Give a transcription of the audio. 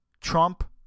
Trump